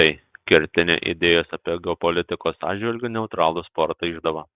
tai kertinė idėjos apie geopolitikos atžvilgiu neutralų sportą išdava